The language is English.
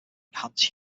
enhance